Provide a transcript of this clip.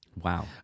Wow